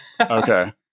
Okay